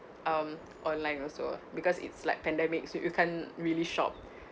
um online also because it's like pandemics you can't really shop